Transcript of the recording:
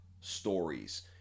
stories